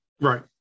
Right